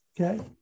okay